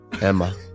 emma